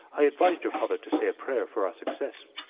i advised your father to say a prayer for our success.